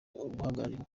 uguharanira